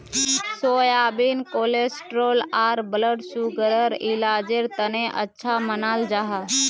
soybean cholesterol आर blood सुगरर इलाजेर तने अच्छा मानाल जाहा